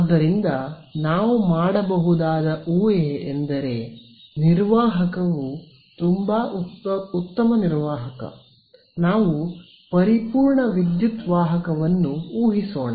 ಆದ್ದರಿಂದ ನಾವು ಮಾಡಬಹುದಾದ ಊಹೆ ಎಂದರೆ ನಿರ್ವಾಹಕವು ತುಂಬಾ ಉತ್ತಮವಾಗಿದೆ ನಾವು ಪರಿಪೂರ್ಣ ವಿದ್ಯುತ್ ವಾಹಕವನ್ನು ಊಹಿಸೋಣ